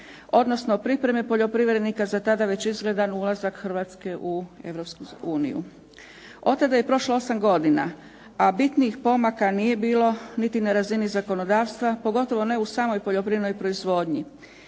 odnosno o pripremi poljoprivrednika za tada već izgledan ulazak Hrvatske u EU. Otada je prošlo 8 godina, a bitnijih pomaka nije bilo niti na razini zakonodavstva, pogotovo ne u samoj poljoprivrednoj proizvodnji.